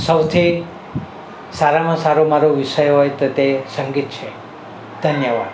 સૌથી સારામાં સારું મારું વિષય હોય તો તે સંગીત છે ધન્યવાદ